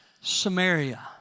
Samaria